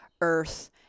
earth